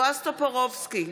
בועז טופורובסקי,